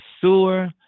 sewer